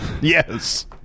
Yes